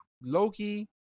Loki